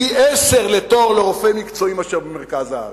פי-עשרה לתור לרופא מקצועי מאשר במרכז הארץ?